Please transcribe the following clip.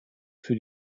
für